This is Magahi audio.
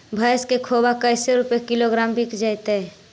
भैस के खोबा कैसे रूपये किलोग्राम बिक जइतै?